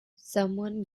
someone